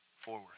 forward